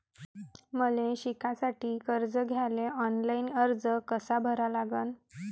मले शिकासाठी कर्ज घ्याले ऑनलाईन अर्ज कसा भरा लागन?